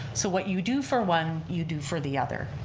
so what you do for one, you do for the other.